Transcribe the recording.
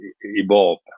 evolve